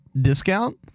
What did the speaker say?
discount